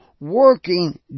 working